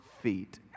feet